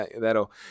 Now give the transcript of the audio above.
that'll